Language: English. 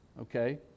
okay